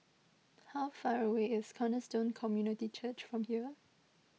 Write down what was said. how far away is Cornerstone Community Church from here